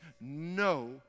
No